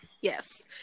Yes